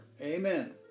Amen